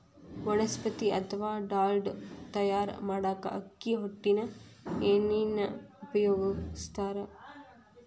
ವನಸ್ಪತಿ ಅತ್ವಾ ಡಾಲ್ಡಾ ತಯಾರ್ ಮಾಡಾಕ ಅಕ್ಕಿ ಹೊಟ್ಟಿನ ಎಣ್ಣಿನ ಉಪಯೋಗಸ್ತಾರ